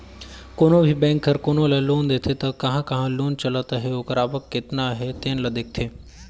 कोनो भी बेंक हर कोनो ल लोन देथे त कहां कहां लोन चलत अहे ओकर आवक केतना अहे तेन ल देखथे